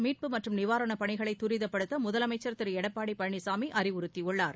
மீட்பு மற்றும் நிவாரண பணிகளை துரிதப்படுத்த முதலமைச்ச் திரு எடப்பாடி பழனிசாமி அறிவுறுத்தியுள்ளார்